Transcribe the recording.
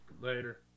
later